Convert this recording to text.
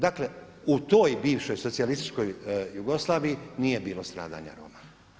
Dakle u toj bivšoj socijalističkoj Jugoslaviji nije bilo stradanja Roma.